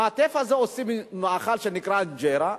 מהטף הזה עושים מאכל שנקרא אינג'רה,